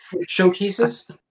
showcases